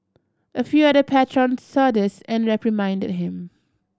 a few other patrons saw this and reprimanded him